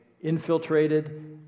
infiltrated